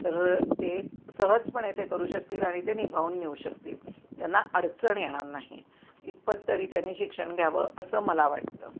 तर ते सहजपणे ते करू शकतील आणि ते निभावून नेऊ शकतील त्यांना अडचण येणार नाही इतपत तरी त्यांनी शिक्षण घ्यावं असं मला वाटतं